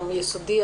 היסודי,